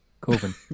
Coven